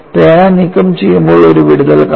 പേന നീക്കംചെയ്യുമ്പോൾ ഒരു വിടുതൽ കാണാം